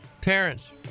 Terrence